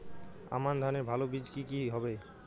আমান ধানের ভালো বীজ কি কি হবে?